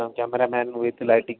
cameraman with lighting